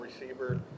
receiver